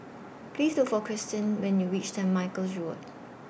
Please Look For Christin when YOU REACH Saint Michael's Road